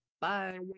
Bye